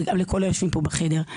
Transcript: וגם לכל היושבים פה בחדר.